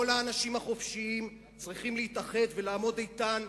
כל האנשים החופשיים, צריכים להתאחד ולעמוד איתן,